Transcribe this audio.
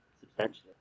substantially